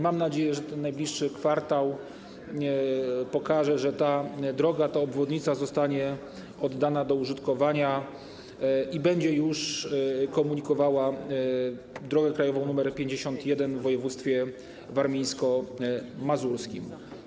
Mam nadzieję, że najbliższy kwartał pokaże, że ta droga, ta obwodnica zostanie oddana do użytkowania i będzie już komunikowała drogę krajową nr 51 w województwie warmińsko-mazurskim.